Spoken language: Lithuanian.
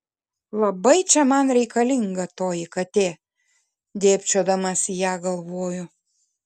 labai čia man reikalinga toji katė dėbčiodamas į ją galvoju